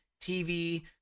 TV